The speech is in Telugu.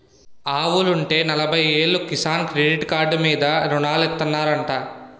ఆవులుంటే నలబయ్యేలు కిసాన్ క్రెడిట్ కాడ్డు మీద రుణాలిత్తనారంటా